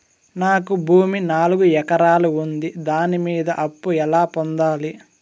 నాకు భూమి నాలుగు ఎకరాలు ఉంది దాని మీద అప్పు ఎలా పొందాలి?